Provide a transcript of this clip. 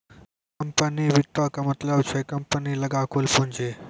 company वित्तो के मतलब छै कम्पनी लगां कुल पूंजी